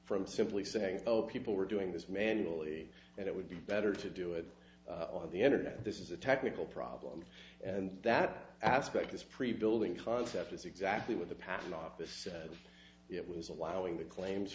from simply saying oh people were doing this manually and it would be better to do it on the internet this is a technical problem and that aspect this pre building concept is exactly what the patent office said it was allowing the claims